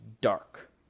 dark